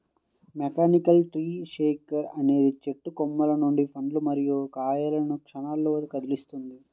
mechanical tree shaker అనేది చెట్టు కొమ్మల నుండి పండ్లు మరియు కాయలను క్షణాల్లో కదిలిస్తుంది